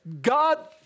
God